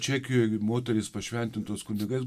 čekijoj moterys pašventintos kunigais